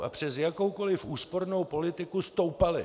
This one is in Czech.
A přes jakoukoli úspornou politiku stoupaly.